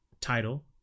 title